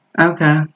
okay